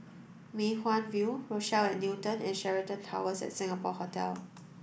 Mei Hwan View Rochelle at Newton and Sheraton Towers Singapore Hotel